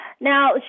Now